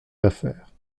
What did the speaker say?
d’affaires